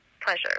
pleasure